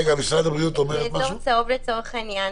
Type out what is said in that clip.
באזור צהוב לצורך העניין,